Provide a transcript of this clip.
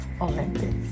Olympics